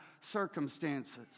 circumstances